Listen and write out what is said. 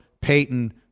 Peyton